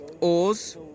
Oars